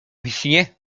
wiśnie